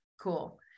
Cool